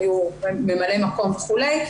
ממלאי מקום וכולי.